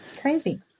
crazy